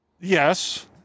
yes